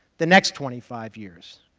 the next twenty five years,